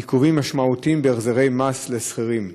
עיכובים משמעותיים בהחזרי מס לשכירים.